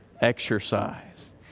exercise